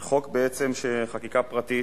זו חקיקה פרטית.